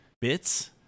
Bits